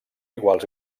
iguals